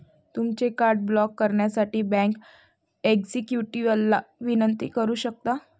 तुमचे card block करण्यासाठी bank एक्झिक्युटिव्हला विनंती करू शकता